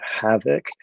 havoc